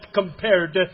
compared